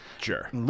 Sure